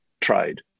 trade